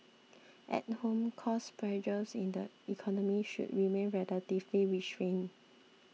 at home cost pressures in the economy should remain relatively restrained